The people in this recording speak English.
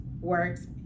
works